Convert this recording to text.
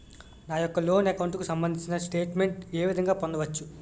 నా యెక్క loan account కు సంబందించిన స్టేట్ మెంట్ ఏ విధంగా పొందవచ్చు?